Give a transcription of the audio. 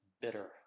Bitter